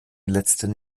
letzten